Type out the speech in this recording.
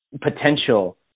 potential